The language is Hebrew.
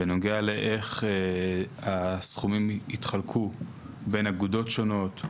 בנוגע לאיך הסכומים יתחלקו בין אגודות שונות,